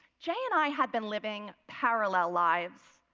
jay and i had been living parallel lives.